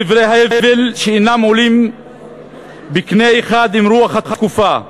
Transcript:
דברי הבל שאינם עולים בקנה אחד עם רוח התקופה,